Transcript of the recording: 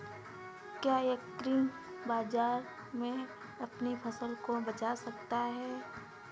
क्या एग्रीबाजार में अपनी फसल को बेचा जा सकता है?